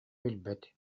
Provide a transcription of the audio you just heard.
билбэт